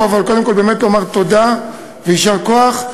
אבל קודם כול, באמת לומר תודה ויישר כוח.